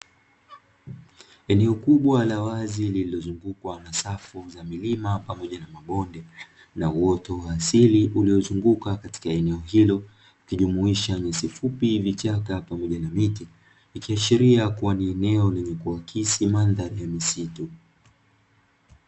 Eneo kubwa la wazi lililozungukwa na safu za milima pamoja na mabonde na uoto wa asili uliozunguka katika eneo hilo; ikijumuisha nyasi fupi, vichaka pamoja na miti; ikiashiria kuwa ni eneo lenye kuakisi mandhari ya misitu.